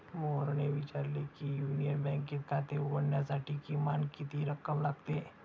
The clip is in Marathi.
मोहनने विचारले की युनियन बँकेत खाते उघडण्यासाठी किमान किती रक्कम लागते?